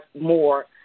more